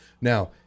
Now